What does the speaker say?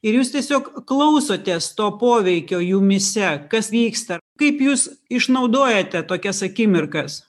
ir jūs tiesiog klausotės to poveikio jumyse kas vyksta kaip jūs išnaudojate tokias akimirkas